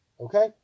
Okay